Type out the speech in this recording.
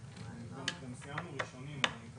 אתמול הוא מודיע לי שהם לא עשו כלום,